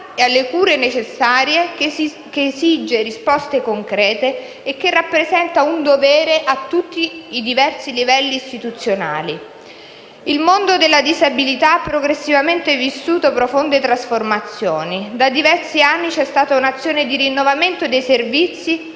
e alle cure necessarie, che esige risposte concrete e che rappresenta un dovere a tutti i diversi livelli istituzionali. Il mondo della disabilità ha progressivamente vissuto profonde trasformazioni. Da diversi anni c'è stata un'azione di rinnovamento dei servizi